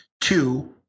Two